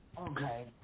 Okay